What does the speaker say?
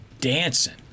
dancing